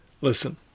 Listen